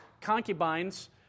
concubines